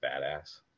badass